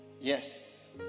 yes